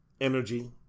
energy